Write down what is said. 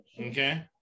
okay